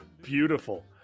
Beautiful